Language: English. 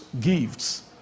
gifts